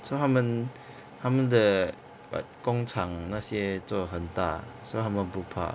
so 他们他们 the but 工厂那些做很大所以他们不怕